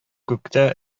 күктә